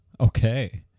okay